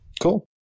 cool